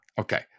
Okay